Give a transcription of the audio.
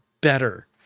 better